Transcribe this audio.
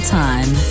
time